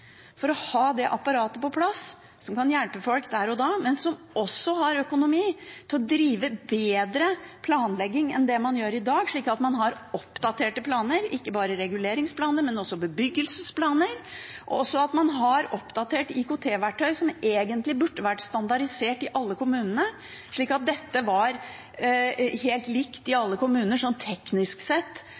for å ha det apparatet som kan hjelpe folk der og da, på plass, og at de også har økonomi til å drive bedre planlegging enn det man gjør i dag. Man bør ha oppdaterte planer – ikke bare reguleringsplaner, men også bebyggelsesplaner. Man bør også ha oppdatert IKT-verktøy, som egentlig burde vært standardisert, i alle kommunene, slik at dette var helt likt i alle kommuner teknisk sett,